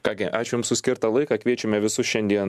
ką gi ačiū jums už skirtą laiką kviečiame visus šiandien